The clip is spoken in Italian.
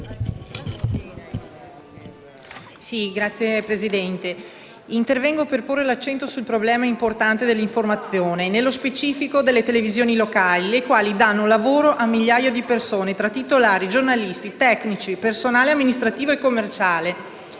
Signor Presidente, intervengo per porre l'accento sull'importante problema dell'informazione, nello specifico delle televisioni locali, le quali danno lavoro a migliaia di persone tra titolari, giornalisti, tecnici, personale amministrativo e commerciale